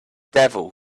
devil